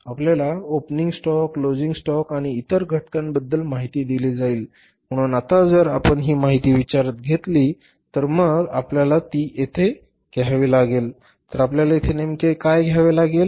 आपल्याला opening stock closing stock आणि इतर घटकांबद्दल माहिती दिली जाईल म्हणून आता जर आपण ही माहिती विचारात घेतली तर मग आपल्याला ती येथे घ्यावी लागेल तर आपल्याला येथे नेमके काय घ्यावे लागेल